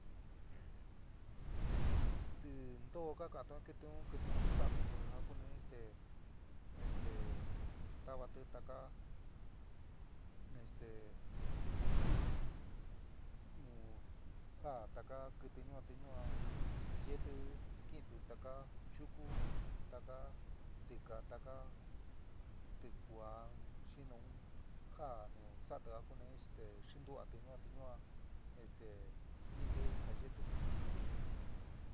Tintoó ka ka'anto jin kɨtɨ un, kɨtɨ un saatuti a kuni este. este tavati taka este nu nu já taka kɨtɨ te ñua te ñua yetɨ nɨɨti taka chukú, taka tiká, taka tikuaá xi nu jaa nu sa'ati a kuni este xintua'atɨ ñua te ñua nɨɨti ja yetɨ.